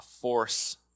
force